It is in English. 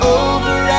over